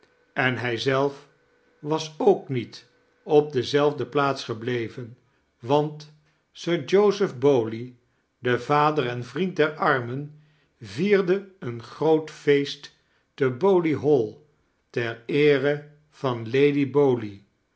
en hij zelf was ook niet op dezelfde plaats gebleyen want sir joseph bowley de vader en vriend der annen vierde een groot feest te bowley hall ter eere van lady